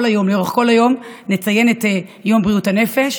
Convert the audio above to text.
לאורך כל היום נציין את יום בריאות הנפש.